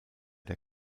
der